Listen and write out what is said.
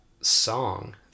song